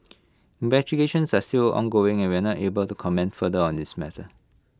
investigations are still ongoing and we are not able to comment further on this matter